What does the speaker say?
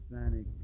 Hispanic